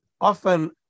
often